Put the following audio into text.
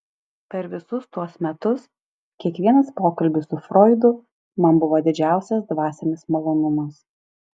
per visus tuos metus kiekvienas pokalbis su froidu man buvo didžiausias dvasinis malonumas